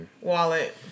Wallet